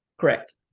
Correct